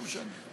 לא משנה.